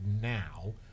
now